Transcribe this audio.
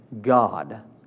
God